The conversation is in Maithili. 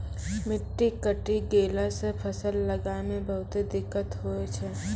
मिट्टी कटी गेला सॅ फसल लगाय मॅ बहुते दिक्कत होय छै